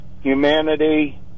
humanity